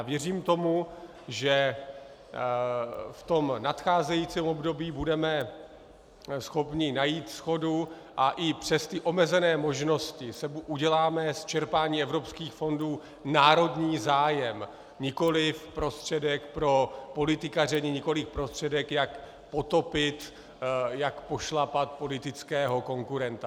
Věřím tomu, že v nadcházejícím období budeme schopni najít shodu a i přes omezené možnosti uděláme z čerpání evropských fondů národní zájem, nikoliv prostředek pro politikaření, nikoliv prostředek, jak potopit, jak pošlapat politického konkurenta.